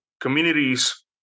communities